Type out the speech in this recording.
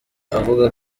avuga